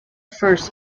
first